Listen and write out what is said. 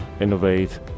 innovate